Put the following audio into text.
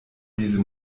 diese